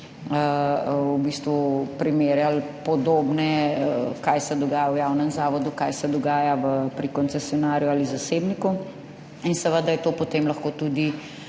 v bistvu primerjali podobne, kaj se dogaja v javnem zavodu, kaj se dogaja pri koncesionarju ali zasebniku in seveda je to potem lahko tudi